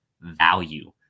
value